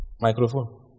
Microphone